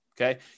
okay